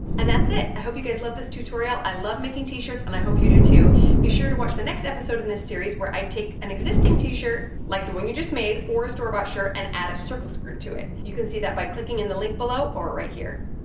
and that's it. i hope you guys loved this tutorial. i love making t-shirts and i hope you do too be sure to watch the next episode in this series where i take an existing t-shirt like the one you just made or a store bought shirt and add a circle skirt to it you can see that by clicking in the link below or right here.